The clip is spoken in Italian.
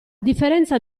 differenza